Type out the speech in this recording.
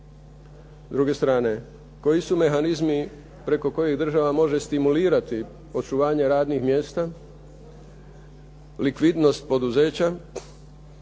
S druge strane, koji su mehanizmi preko kojih država može stimulirati očuvanje radnih mjesta, likvidnost poduzeća